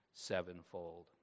Sevenfold